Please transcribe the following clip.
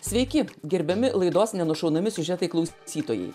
sveiki gerbiami laidos ne nušaunami siužetai klausytojui